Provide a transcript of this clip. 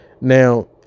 Now